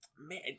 Man